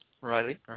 Riley